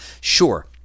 Sure